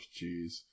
jeez